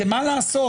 מה לעשות,